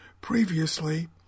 Previously